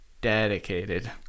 dedicated